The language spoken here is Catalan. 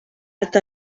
art